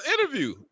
interview